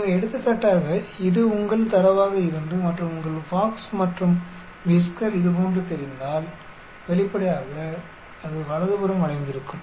எனவே எடுத்துக்காட்டாக இது உங்கள் தரவாக இருந்து மற்றும் உங்கள் பாக்ஸ் மற்றும் விஸ்கர் இதுபோன்று தெரிந்தால் வெளிப்படையாக அது வலதுபுறம் வளைந்திருக்கும்